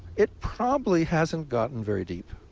it probably hasn't gotten very deep.